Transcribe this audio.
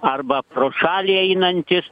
arba pro šalį einantys